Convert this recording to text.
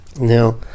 now